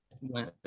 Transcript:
went